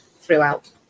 throughout